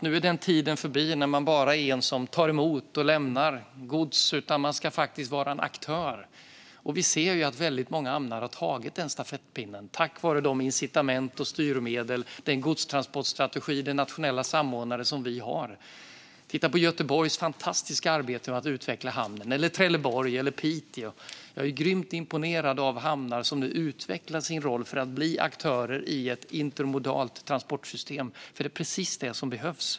Nu är den tid förbi när man bara är någon som tar emot och lämnar gods; nu ska man vara en aktör. Vi ser att väldigt många hamnar har tagit den stafettpinnen, tack vare de incitament och styrmedel, den godstransportstrategi och den nationella samordnare som vi har. Titta på Göteborgs fantastiska arbete med att utveckla hamnen, eller Trelleborg eller Piteå. Jag är grymt imponerad av hamnar som nu utvecklar sin roll för att bli aktörer i ett intermodalt transportsystem, för det är precis det som behövs.